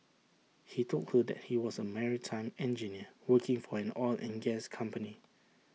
he told her that he was A maritime engineer working for an oil and gas company